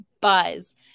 buzz